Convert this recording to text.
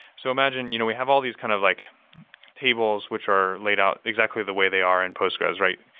so imagine, you know we have all these kind of like tables which are laid out exactly the way they are in postgres, right?